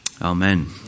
Amen